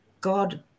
God